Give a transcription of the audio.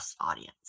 audience